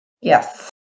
Yes